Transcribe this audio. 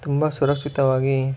ತುಂಬ ಸುರಕ್ಷಿತವಾಗಿ